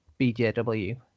BJW